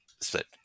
split